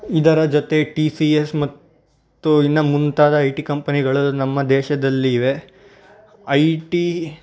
ಇದರ ಜೊತೆ T F S ಮತ್ತು ಇನ್ನ ಮುಂತಾದ ಐ ಟಿ ಕಂಪನಿಗಳು ನಮ್ಮ ದೇಶದಲ್ಲಿ ಇವೆ ಐ ಟಿ